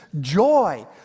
joy